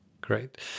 Great